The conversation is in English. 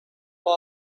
for